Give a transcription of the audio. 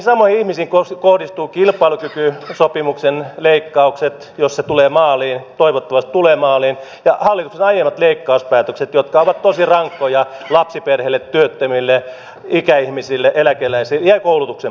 näihin samoihin ihmisiin kohdistuvat kilpailukykysopimuksen leikkaukset jos se tulee maaliin toivottavasti tulee maaliin ja hallituksen aiemmat leikkauspäätökset jotka ovat tosi rankkoja lapsiperheille työttömille ikäihmisille eläkeläisille ja koulutuksen kannalta